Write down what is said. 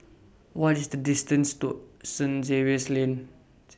What IS The distance to Saint Lane